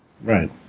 right